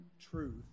truth